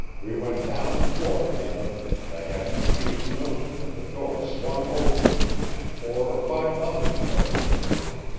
we went down on the floor together, and i had a confused notion that the door swung open and four or five others rushed into the room.